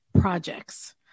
projects